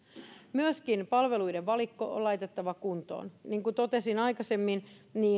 myöskin palveluiden valikko on laitettava kuntoon niin kuin totesin aikaisemmin